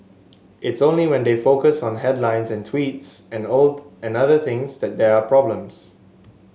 it's only when they focus on headlines and tweets and old and other things that they are problems